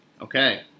okay